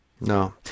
No